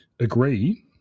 agree